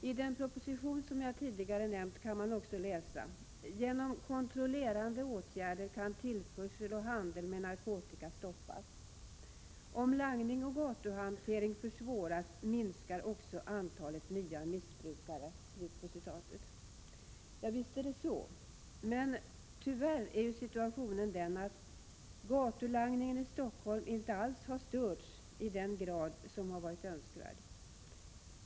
I den proposition som jag tidigare nämnt kan man också läsa följande: Genom kontrollerande åtgärder kan tillförsel och handel med narkotika stoppas. Om langning och gatuhantering försvåras minskar också antalet nya missbrukare. Ja, visst är det så. Men tvyärr har gatulangningen i Stockholm inte alls störts i den grad som har varit önskvärd.